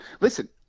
listen